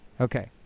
Okay